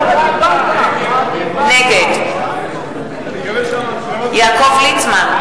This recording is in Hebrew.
נגד יעקב ליצמן,